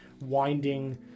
winding